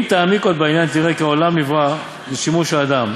אם תעמיק עוד בעניין תראה כי העולם נברא לשימוש האדם.